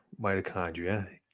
mitochondria